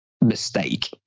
mistake